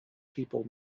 people